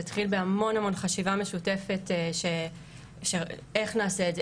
זה התחיל בהמון חשיבה משותפת איך נעשה את זה,